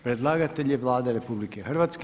Predlagatelj je Vlada RH.